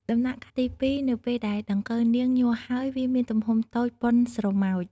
ដំណាក់កាលទី២ នៅពេលដែលដង្កូវនាងញាស់ហើយ វាមានទំហំតូចប៉ុនស្រមោច។